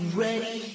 ready